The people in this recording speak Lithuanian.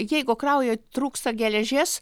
jeigu kraujui trūksta geležies